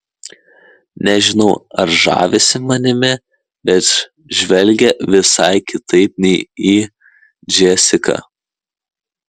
nežinau ar žavisi manimi bet žvelgia visai kitaip nei į džesiką